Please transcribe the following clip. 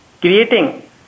creating